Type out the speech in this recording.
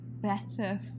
better